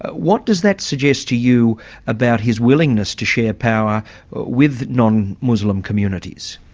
what does that suggest to you about his willingness to share power with non-muslim communities?